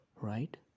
right